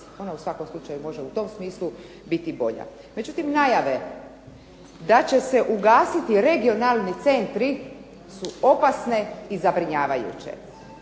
Ona u svakom slučaju može u tom smislu biti bolja. Međutim, najave da će se ugasiti regionalni centri su opasne i zabrinjavajuće.